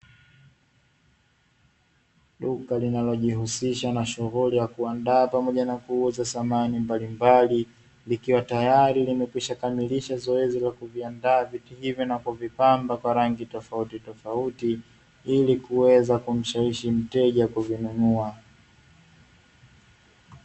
Duka linalojihusisha na shughuli ya kuandaa pamoja na kuuza samani mbalimbali, likiwa tayari limekwisha kamilisha zoezi la kuviandaa viti hivyo na kuvipamba kwa rangi tofautitofauti ili kuweza kumshawishi mteja kuvinunua.